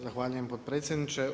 Zahvaljujem potpredsjedniče.